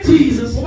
Jesus